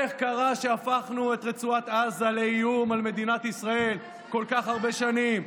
איך קרה שהפכנו את רצועת עזה לאיום על מדינת ישראל כל כך הרבה שנים?